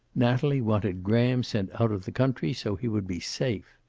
natalie wanted graham sent out of the country, so he would be safe.